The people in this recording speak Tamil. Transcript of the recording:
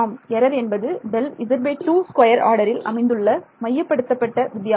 எரர் என்பது Δz2 2 ஆர்டரில் அமைந்துள்ள மையப்படுத்தப்பட்ட வித்தியாசம்